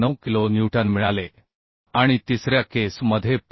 9 kilo newton मिळाले आणि तिसऱ्या केस मधे पी